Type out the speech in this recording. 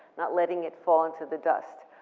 not letting it fall into the dust.